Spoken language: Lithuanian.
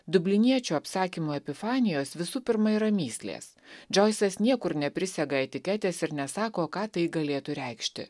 dubliniečių apsakymo epifanijos visų pirma yra mįslės džoisas niekur neprisega etiketės ir nesako ką tai galėtų reikšti